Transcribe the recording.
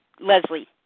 Leslie